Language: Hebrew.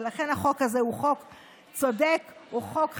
ולכן החוק הזה הוא חוק צודק, הוא חוק חברי,